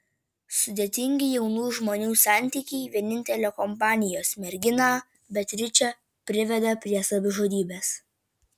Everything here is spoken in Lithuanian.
sudėtingi jaunų žmonių santykiai vienintelę kompanijos merginą beatričę priveda prie savižudybės